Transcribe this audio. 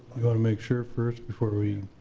we aught to make sure first before we.